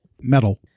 Metal